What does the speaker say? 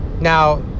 Now